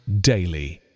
daily